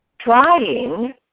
trying